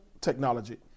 technology